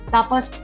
Tapos